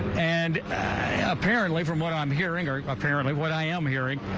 and apparently from what i'm hearing or apparently what i am hearing,